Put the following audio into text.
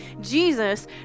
Jesus